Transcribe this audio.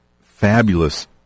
fabulous